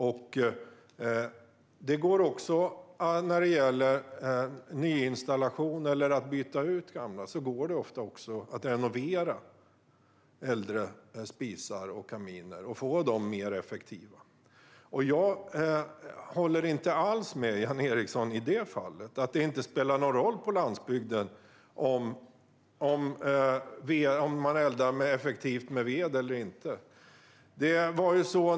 När det gäller frågan om nyinstallation eller att byta ut gamla kan jag säga att det ofta går att renovera äldre spisar och kaminer och få dem mer effektiva. Jag håller inte alls med Jan Ericson om att det inte spelar någon roll på landsbygden om man eldar effektivt med ved eller inte.